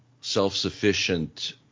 self-sufficient